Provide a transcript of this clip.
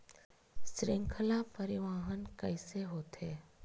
श्रृंखला परिवाहन कइसे होथे?